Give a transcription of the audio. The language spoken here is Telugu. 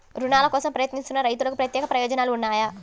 రుణాల కోసం ప్రయత్నిస్తున్న రైతులకు ప్రత్యేక ప్రయోజనాలు ఉన్నాయా?